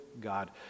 God